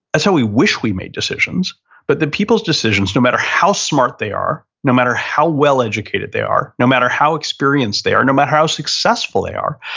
that's how we wish we made decisions but the people's decisions, no matter how smart they are, no matter how well educated they are, no matter how experienced they are, no matter how successful they are,